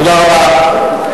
תודה רבה.